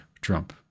Trump